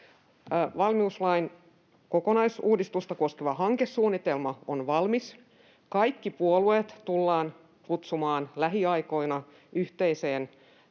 Valmiuslain kokonaisuusuudistusta koskeva hankesuunnitelma on valmis. Kaikki puolueet tullaan kutsumaan lähiaikoina yhteiseen